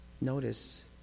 Notice